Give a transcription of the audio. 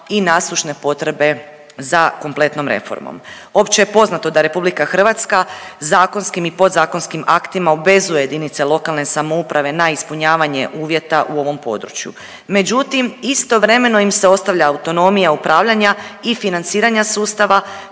i nasušne potrebe za kompletnom reformom. Opće je poznato da RH zakonskim i podzakonskim aktima obvezuje jedinice lokalne samouprave na ispunjavanje uvjeta u ovom području. Međutim, istovremeno im se ostavlja autonomija upravljanja i financiranja sustava